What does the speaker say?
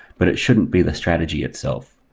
but it shouldn't be the strategy itself.